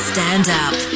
Stand-Up